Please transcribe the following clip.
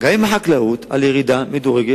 וגם עם משרד החקלאות על ירידה מדורגת